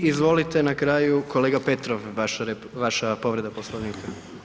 I izvolite na kraju kolega Petrov vaša povreda Poslovnika.